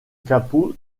capot